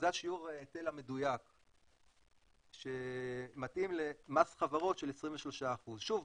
זה שיעור ההיטל המדויק שמתאים למס חברות של 23%. שוב,